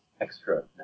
extra